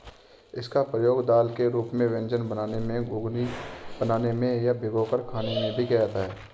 इसका प्रयोग दाल के रूप में व्यंजन बनाने में, घुघनी बनाने में या भिगोकर खाने में भी किया जाता है